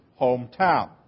hometown